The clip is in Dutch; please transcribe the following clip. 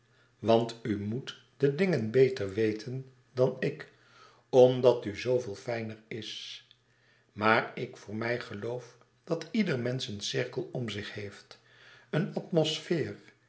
want u met de dingen beter weten dan ik omdat u zooveel fijner is maar ik voor mij geloof dat ieder mensch een cirkel om zich heeft een